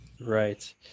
Right